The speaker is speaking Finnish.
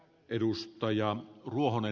arvoisa puhemies